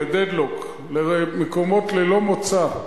ל-,deadlock למקומות ללא מוצא.